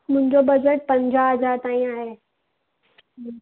मुंहिंजो बजट पंजाह हज़ार ताईं आहे